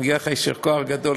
מגיע לך יישר כוח גדול,